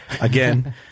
again